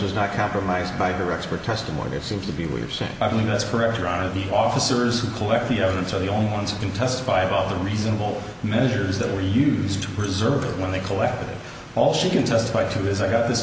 was not compromised by the expert testimony of seems to be we've seen i believe that's correct or on of the officers who collect the evidence so the only ones who can testify about the reasonable measures that are used to preserve it when they collect it all she can testify to is i got this